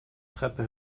treppe